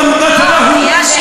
מחמוד ראפת בדראן יהיה מהשהידים,